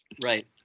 Right